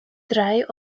drei